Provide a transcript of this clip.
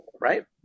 right